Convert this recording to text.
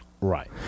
Right